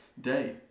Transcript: day